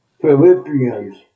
Philippians